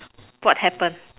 what happen